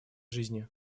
жизни